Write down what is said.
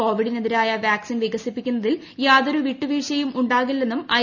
കോവിഡിനെതിരൂായ vaccine വികസിപ്പിക്കുന്നതിൽ യാതൊരു വിട്ടുവീഴ്ചയും ഉണ്ടാകില്ലെന്നും ഐ